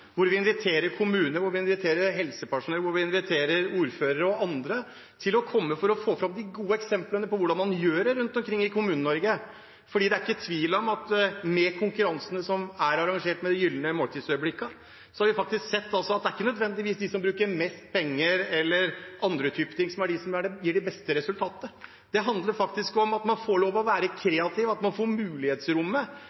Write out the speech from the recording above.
hvor vi inviterer kommuner, helsepersonell, ordførere og andre til å komme for å få fram de gode eksemplene på hvordan man gjør det rundt omkring i Kommune-Norge. Det er ikke tvil om at med konkurransene som er arrangert med Gylne måltidsøyeblikk, har vi faktisk sett at det ikke nødvendigvis er de som bruker mest penger eller andre typer ting som er de som får det beste resultatet. Det handler faktisk om at man får lov til å være